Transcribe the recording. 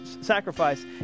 sacrifice